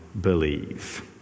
believe